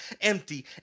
empty